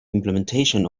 implementation